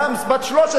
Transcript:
בת 13,